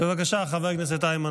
בבקשה, חבר הכנסת איימן